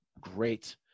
great